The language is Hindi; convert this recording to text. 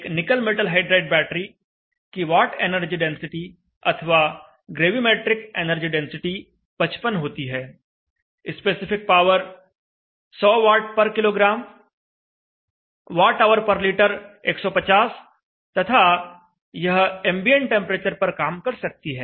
एक निकल मेटल हाइड्राइड बैटरी की वाट एनर्जी डेंसिटी अथवा ग्रेविमेट्रिक एनर्जी डेंसिटी 55 होती है स्पेसिफिक पावर 100 Wkg Whliter 150 तथा यह एंबिएंट टेंपरेचर पर काम कर सकती है